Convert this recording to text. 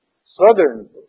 southern